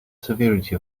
severity